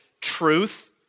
truth